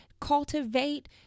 cultivate